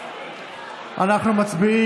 שאנחנו כן נלך לבית משפט,